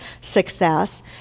success